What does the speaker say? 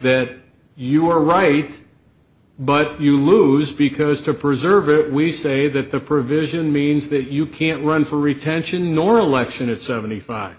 that you are right but you lose because to preserve it we say that the provision means that you can't run for retention nor election at seventy five